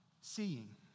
seeing